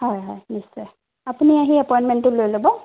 হয় হয় নিশ্চয় আপুনি আহি এপইণ্টমেণ্টটো লৈ ল'ব